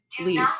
leave